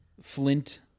flint